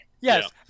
Yes